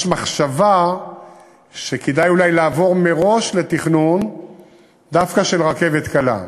יש מחשבה שכדאי אולי לעבור מראש לתכנון דווקא של רכבת קלה.